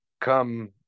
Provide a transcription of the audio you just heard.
come